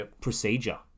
procedure